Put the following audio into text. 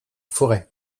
forêts